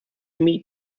meet